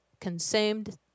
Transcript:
consumed